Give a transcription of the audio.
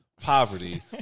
poverty